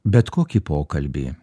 bet kokį pokalbį